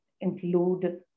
include